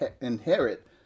inherit